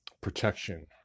protection